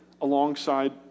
alongside